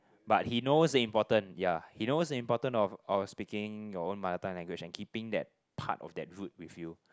but he knows the important ya he knows the important of of speaking your own mother tongue language and keeping that part of that root with you